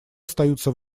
остаются